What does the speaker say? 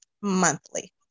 monthly